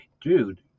dude